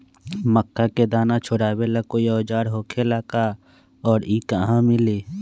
मक्का के दाना छोराबेला कोई औजार होखेला का और इ कहा मिली?